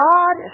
God